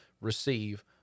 receive